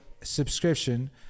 subscription